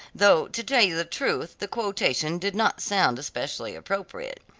though to tell you the truth, the quotation did not sound especially appropriate.